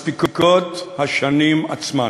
מספיקות השנים עצמן".